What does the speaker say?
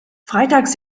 freitags